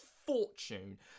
fortune